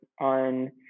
on